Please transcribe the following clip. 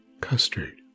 custard